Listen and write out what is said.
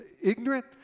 ignorant